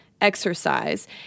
Exercise